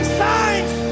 signs